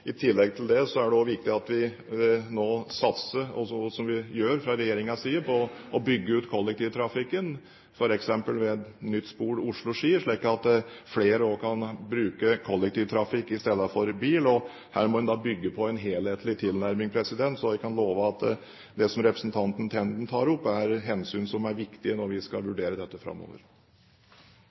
I tillegg til det er det viktig at vi nå satser på, slik vi gjør fra regjeringens side, å bygge ut kollektivtilbudet, f.eks. ved et nytt spor Oslo–Ski, slik at flere også kan bruke kollektivtransport istedenfor bil. Her må en bygge på en helhetlig tilnærming, så jeg kan love at det som representanten Tenden tar opp, er hensyn som er viktige når vi skal vurdere dette framover.